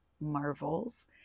marvels